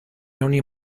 nonni